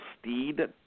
Steed